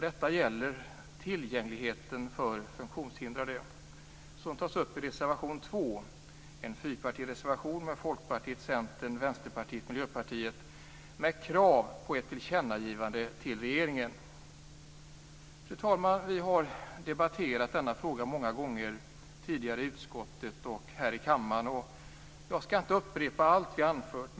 Det gäller tillgängligheten för funktionshindrade, som tas upp i reservation 2, en fyrpartireservation från Folkpartiet, Centern, Vänsterpartiet och Miljöpartiet med krav på ett tillkännagivande till regeringen. Fru talman! Vi har debatterat denna fråga många gånger tidigare i utskottet och här i kammaren. Jag skall inte upprepa allt vi anfört.